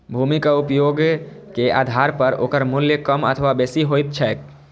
भूमिक उपयोगे के आधार पर ओकर मूल्य कम अथवा बेसी होइत छैक